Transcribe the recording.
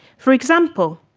for example,